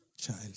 child